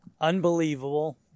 unbelievable